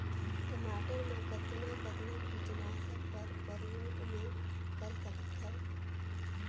टमाटर म कतना कतना कीटनाशक कर प्रयोग मै कर सकथव?